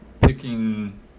picking